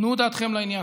תנו דעתכם לעניין.